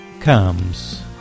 Comes